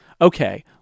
okay